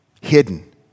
hidden